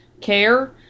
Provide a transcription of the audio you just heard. care